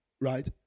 right